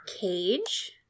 Cage